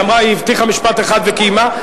היא הבטיחה משפט אחד וקיימה.